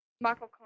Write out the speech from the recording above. Michael